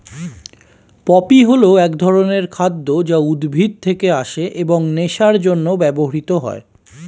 poppy হল এক ধরনের খাদ্য যা উদ্ভিদ থেকে আসে এবং নেশার জন্য ব্যবহৃত হয়